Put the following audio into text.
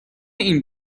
این